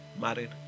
married